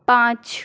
पाँच